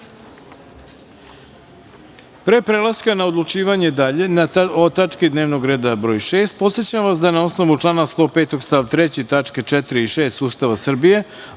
prelaska na odlučivanje o tački dnevnog reda broj 6. podsećam vas da na osnovu člana 105. stav 3. tačke 4. i 6. Ustava Srbije,